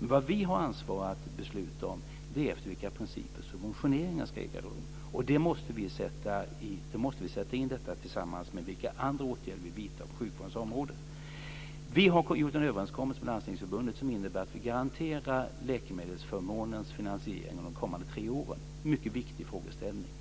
Vad vi har ansvar för att besluta om är efter vilka principer subventioneringar ska äga rum, och det måste vi sätta i samband med vilka andra åtgärder vi vidtar på sjukvårdens område. Vi har gjort en överenskommelse med Landstingsförbundet som innebär att vi garanterar läkemedelsförmånens finansiering under de kommande tre åren. Det är en mycket viktig frågeställning.